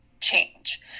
change